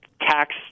tax